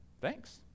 Thanks